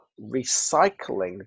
recycling